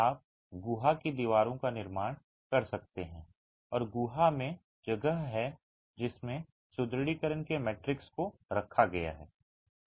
आप गुहा की दीवारों का निर्माण कर सकते हैं और गुहा में जगह है जिसमें सुदृढीकरण के मैट्रिक्स को रखा गया है